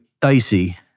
dicey